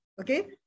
okay